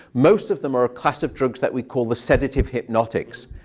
most of them are a class of drugs that we call the sedative hypnotics.